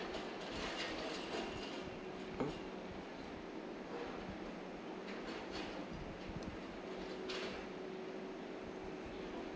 mm